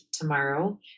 tomorrow